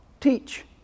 teach